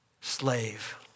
Slave